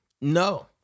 No